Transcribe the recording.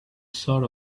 sort